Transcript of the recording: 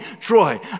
Troy